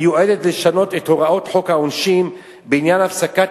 מיועדת לשנות את הוראות חוק העונשין בעניין הפסקת